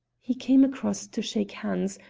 he came across to shake hands,